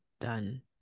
done